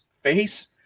face